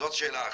זאת שאלה אחת.